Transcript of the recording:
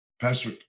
Pastor